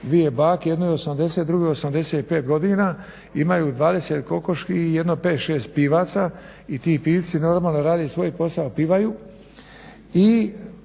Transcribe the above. dvije bake jednoj 80 drguoj 85 godina imaju 20 kokoši i jedno 5,6 pivaca i ti pivci normalno rade svoj posao pivaju